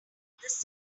others